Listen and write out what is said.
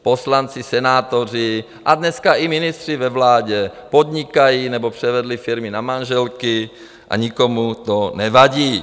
Poslanci, senátoři a dneska i ministři ve vládě podnikají nebo převedli firmy na manželky a nikomu to nevadí.